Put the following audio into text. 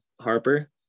Harper